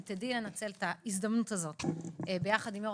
אם תדעי לנצל את ההזדמנות הזאת ביחד עם יושב-ראש